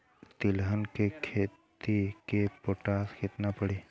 तिलहन के खेती मे पोटास कितना पड़ी?